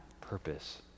purpose